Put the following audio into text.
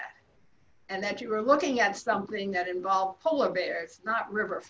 at and that you are looking at something that involves polar bears not rever